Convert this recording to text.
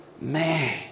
man